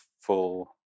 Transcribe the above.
full